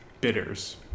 bitters